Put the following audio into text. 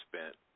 spent